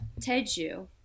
Teju